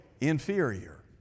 inferior